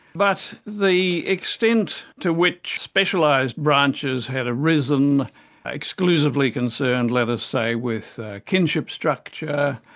but the extent to which specialised branches had arisen exclusively concerned, let us say, with kinship structure,